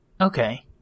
Okay